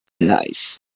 Nice